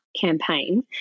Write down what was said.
campaign